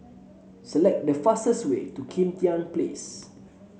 select the fastest way to Kim Tian Place